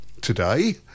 today